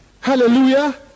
hallelujah